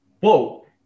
Whoa